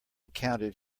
counted